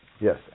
Yes